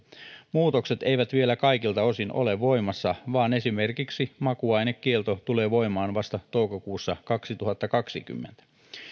muutokset eivät vielä kaikilta osin ole voimassa vaan esimerkiksi makuainekielto tulee voimaan vasta toukokuussa kaksituhattakaksikymmentä